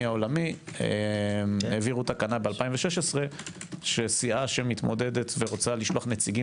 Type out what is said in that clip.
העולמי העבירו תקנה ב-2016 שסיעה שמתמודדת ורוצה לשלוח נציגים